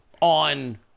on